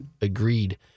agreed